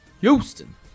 Houston